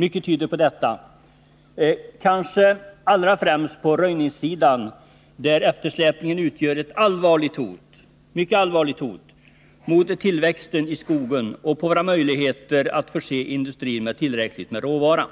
Mycket tyder på detta — kanske allra främst på röjningssidan, där eftersläpningen utgör ett mycket allvarligt hot mot tillväxten i skogen och mot våra möjligheter att förse industrin med tillräcklig mängd råvara.